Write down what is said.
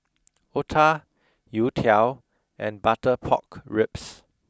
otah youtiao and butter pork ribs